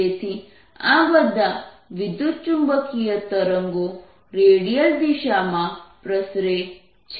તેથી આ બધા વિદ્યુતચુંબકીય તરંગો રેડિયલ દિશા માં પ્રસરે છે